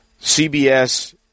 CBS